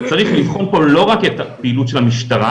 צריך לבחון לא רק את פעילות המשטרה